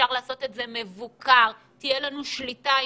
מבוקר ותהיה לנו שליטה,